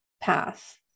path